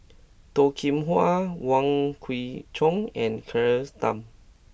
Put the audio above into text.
Toh Kim Hwa Wong Kwei Cheong and Claire Tham